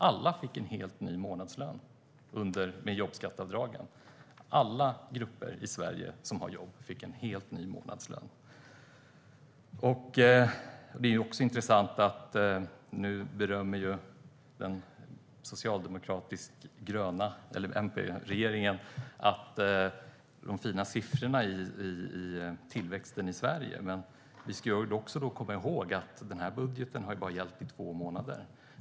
Alla med jobb fick en helt ny månadslön med jobbskatteavdragen. Nu berömmer den rödgröna regeringen de fina tillväxtsiffrorna i Sverige. Men låt oss komma ihåg att er budget bara har gällt i två månader.